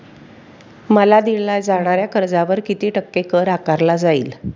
मला दिल्या जाणाऱ्या कर्जावर किती टक्के कर आकारला जाईल?